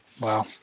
Wow